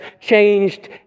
changed